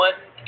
One